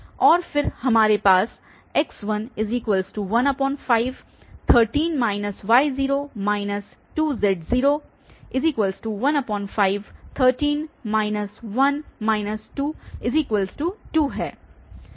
और फिर हमारे पास x1513 y0 2z1513 1 22 है